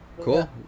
Cool